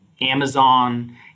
Amazon